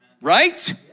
Right